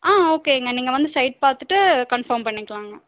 ஆ ஓகேங்க நீங்கள் வந்து சைட் பார்த்துட்டு கன்ஃபார்ம் பண்ணிக்கலாம்ங்க